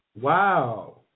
Wow